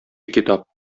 китап